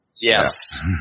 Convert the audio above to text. Yes